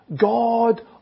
God